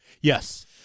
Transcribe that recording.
Yes